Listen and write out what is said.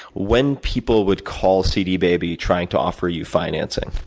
when people would call cdbaby, trying to offer you financing.